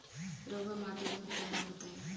रहुआ माटी के नाम बताई?